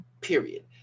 period